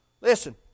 Listen